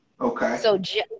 Okay